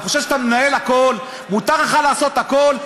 אתה חושב שאתה מנהל הכול, מותר לך לעשות הכול.